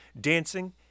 dancing